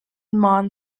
indiana